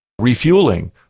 refueling